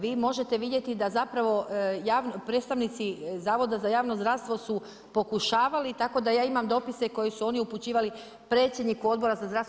Vi možete vidjeti da zapravo predstavnici Zavoda za javno zdravstvo su pokušavali tako da ja imam dopise koje su oni upućivali predsjedniku Odbora za zdravstvo.